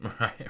Right